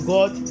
God